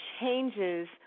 changes